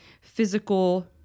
physical